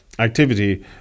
activity